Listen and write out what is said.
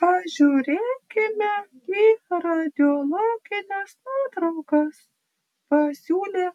pažiūrėkime į radiologines nuotraukas pasiūlė